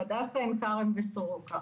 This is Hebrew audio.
הדסה עין כרם וסורוקה,